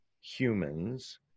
humans